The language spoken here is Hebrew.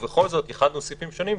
ובכל זאת ייחדנו סעיפים שונים,